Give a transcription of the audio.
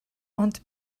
ond